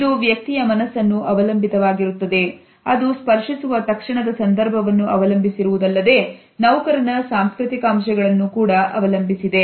ಇದು ವ್ಯಕ್ತಿಯ ಮನಸನ್ನು ಅವಲಂಬಿತವಾಗಿರುತ್ತದೆ ಅದು ಸ್ಪರ್ಶಿಸುವ ತಕ್ಷಣದ ಸಂದರ್ಭವನ್ನು ಅವಲಂಬಿಸಿರುವುದಲ್ಲದೆ ನೌಕರನ ಸಾಂಸ್ಕೃತಿಕ ಅಂಶಗಳನ್ನು ಕೂಡ ಅವಲಂಬಿಸಿದೆ